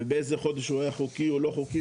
ובאיזה חודש הוא היה חוקי או לא חוקי,